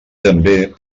també